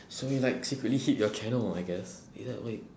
so you like secretly hid your channel oh I guess be that way